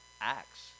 Acts